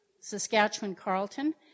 Saskatchewan-Carlton